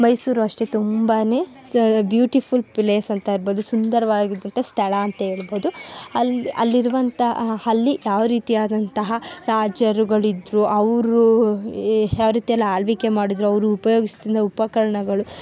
ಮೈಸೂರು ಅಷ್ಟೆ ತುಂಬಾ beautiful place ಅಂತ ಇರ್ಬೊದು ಸುಂದರವಾಗಿದ್ದಂಥ ಸ್ಥಳ ಅಂತ ಹೇಳ್ಬೋದು ಅಲ್ಲಿ ಅಲ್ಲಿರುವಂಥ ಅಲ್ಲಿ ಯಾವ ರೀತಿಯಾದಂತಹ ರಾಜರುಗಳಿದ್ದರು ಅವರು ಏ ಯಾವ ರೀತಿ ಎಲ್ಲ ಆಳ್ವಿಕೆ ಮಾಡಿದ್ದರು ಅವರು ಉಪಯೋಗಿಸ್ತಿದ್ದ ಉಪಕರಣಗಳು